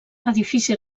edifici